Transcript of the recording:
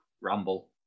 ramble